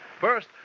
First